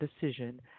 decision